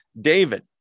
David